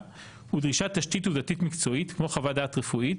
הוא דרישת תשתית עובדתית מקצועית כמו חוות דעת רפואית